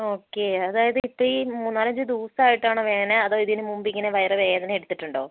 okay അതായത് ഇപ്പയീ മൂന്നാലഞ്ച് ദിവസമായിട്ടാണോ വേദന അതോ ഇതിന് മുൻപ് ഇങ്ങനെ വയർ വേദന എടുത്തിട്ടുണ്ടോ